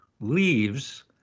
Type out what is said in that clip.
leaves